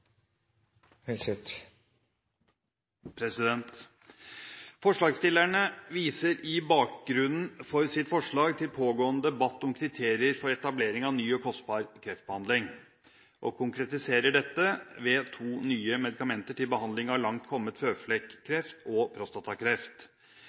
Forslagsstillerne viser som bakgrunn for sitt forslag til den pågående debatten om kriterier for etablering av ny og kostbar kreftbehandling, og konkretiserer dette ved to nye medikamenter til behandling av